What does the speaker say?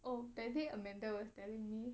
oh that day amanda was telling me